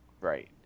right